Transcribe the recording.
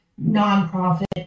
non-profit